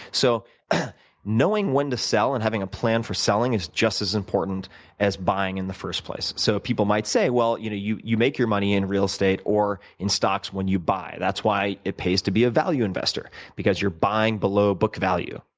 so knowing when to sell and having a plan for selling is just as important as buying in the first place. so people might say you know you you make your money in real estate or stocks when you buy that's why it pays to be a value investor because you're buying below book value.